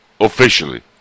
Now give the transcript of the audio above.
Officially